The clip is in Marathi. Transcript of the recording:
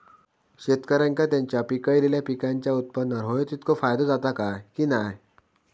शेतकऱ्यांका त्यांचा पिकयलेल्या पीकांच्या उत्पन्नार होयो तितको फायदो जाता काय की नाय?